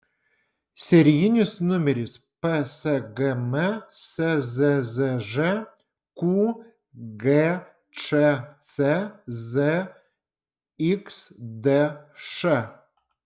serijinis numeris psgm szzž qgčc zxdš